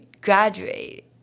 graduate